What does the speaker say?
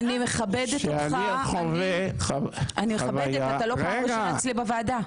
אני מכבדת, אתה לא פעם ראשונה אצלי בוועדה.